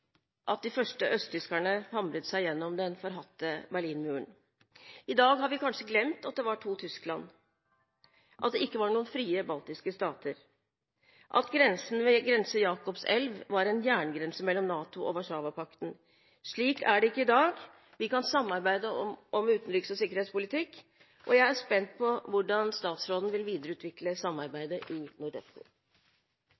at de første østtyskerne hamret seg gjennom den forhatte Berlinmuren. I dag har vi kanskje glemt at det var to Tyskland, at det ikke var noen frie baltiske stater, og at grensen ved Grense-Jakobselv var en jerngrense mellom NATO og Warszava-pakten. Slik er det ikke i dag. Vi kan samarbeide om utenriks- og sikkerhetspolitikk, og jeg er spent på hvordan statsråden vil videreutvikle